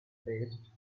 paste